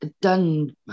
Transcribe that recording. done